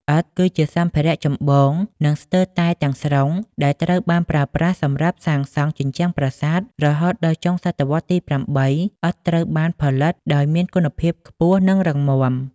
ឥដ្ឋ គឺជាសម្ភារៈចម្បង និងស្ទើរតែទាំងស្រុងដែលត្រូវបានប្រើប្រាស់សម្រាប់សាងសង់ជញ្ជាំងប្រាសាទ រហូតដល់ចុងសតវត្សរ៍ទី៨ ឥដ្ឋត្រូវបានផលិតដោយមានគុណភាពខ្ពស់ និងរឹងមាំល្អ។